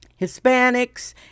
hispanics